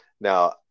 now